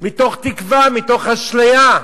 מתוך תקווה, מתוך אשליה,